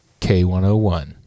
K101